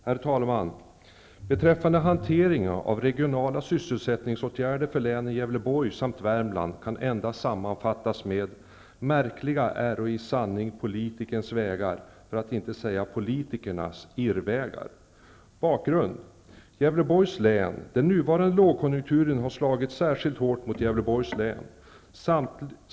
Herr talman! Hanteringen av regionala sysselsättningsåtgärder för länen Gävleborg samt Värmland, kan endast sammanfattas med: ''Märkliga äro i sanning politikens vägar, för att inte säga politikernas irrvägar.'' Den nuvarande lågkonjunkturen har slagit särskilt hårt mot Gävleborgs län.